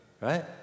right